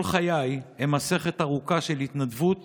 כל חיי הם מסכת ארוכה של התנדבות